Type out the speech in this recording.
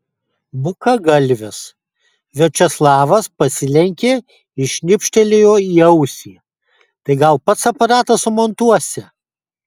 bukagalvis viačeslavas pasilenkė ir šnipštelėjo į ausį tai gal pats aparatą sumontuosi